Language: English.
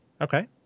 Okay